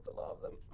lot of them.